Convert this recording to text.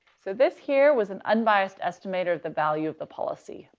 so this here was an unbiased estimator of the value of the policy.